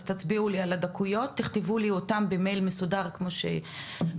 אז תצביעו לי על הדקויות ותכתבו לי אותן במייל מסודר כמו שכל